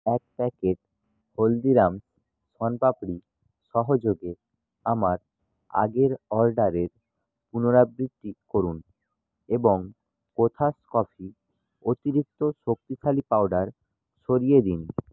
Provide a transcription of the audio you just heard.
এক প্যাকেট হলদিরাম শোনপাপড়ি সহযোগে আমার আগের অর্ডারের পুনরাবৃত্তি করুন এবং কোথাস কফি অতিরিক্ত শক্তিশালী পাউডার সরিয়ে দিন